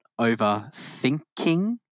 overthinking